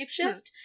shapeshift